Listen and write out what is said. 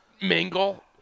mingle